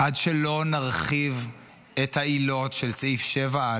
עד שלא נרחיב את העילות של סעיף 7א